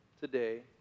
today